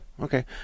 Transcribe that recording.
Okay